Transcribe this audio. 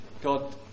God